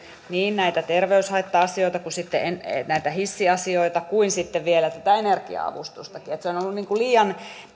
niin terveyshaitta asioita kuin hissiasioita kuin sitten vielä energia avustustakin eli se on ollut liian